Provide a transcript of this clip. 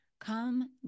Come